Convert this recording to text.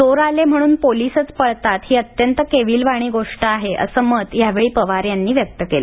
चोर आले म्हणून पोलीसच पळतात ही केविलवाणी गोष्ट आहे असं मत यावेळी पवार यांनी वक्त केलं